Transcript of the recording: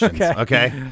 okay